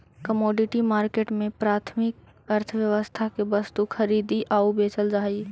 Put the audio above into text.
commodity market में प्राथमिक अर्थव्यवस्था के वस्तु खरीदी आऊ बेचल जा हइ